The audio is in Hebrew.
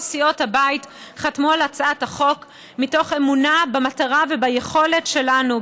סיעות הבית חתמו על הצעת החוק מתוך אמונה במטרה וביכולת שלנו,